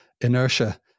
inertia